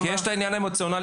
יש את העניין האמוציונאלי,